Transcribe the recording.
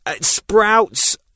sprouts